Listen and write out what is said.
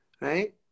right